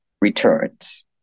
returns